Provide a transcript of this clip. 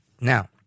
Now